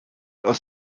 aus